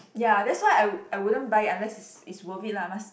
ya that's why I wou~ I wouldn't buy it unless it's it's worth it lah must